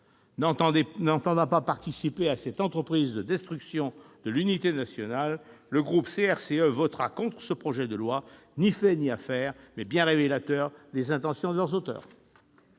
N'entendant pas participer à cette entreprise de destruction de l'unité nationale, le groupe CRCE votera contre ce projet de loi ni fait ni à faire, mais bien révélateur des intentions de ses auteurs.